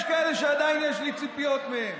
יש כאלה שעדיין יש לי ציפיות מהם.